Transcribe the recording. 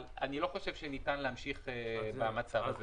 אבל לא ניתן להמשיך במצב הזה.